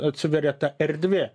atsiveria ta erdvė